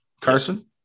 Carson